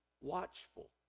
watchful